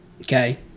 Okay